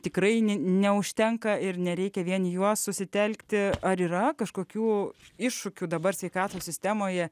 tikrai neužtenka ir nereikia vien juos susitelkti ar yra kažkokių iššūkių dabar sveikatos sistemoje